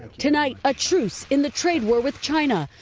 tonight a truce in the trade war with china,